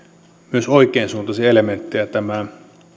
myös oikeansuuntaisia elementtejä tämä